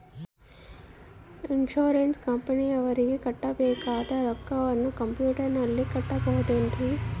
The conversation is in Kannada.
ಇನ್ಸೂರೆನ್ಸ್ ಕಂಪನಿಯವರಿಗೆ ಕಟ್ಟಬೇಕಾದ ರೊಕ್ಕವನ್ನು ಕಂಪ್ಯೂಟರನಲ್ಲಿ ಕಟ್ಟಬಹುದ್ರಿ?